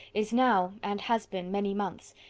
is now, and has been many months,